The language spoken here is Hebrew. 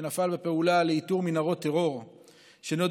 שנפל בפעולה לאיתור מנהרות טרור שנועדו